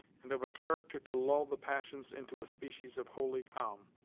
and of a character to lull the passions into a species of holy calm.